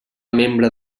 membre